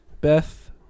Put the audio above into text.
Beth